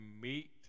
meet